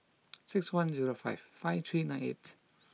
six one zero five five three nine eight